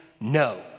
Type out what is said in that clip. No